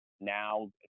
now